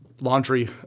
laundry